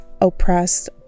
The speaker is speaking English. oppressed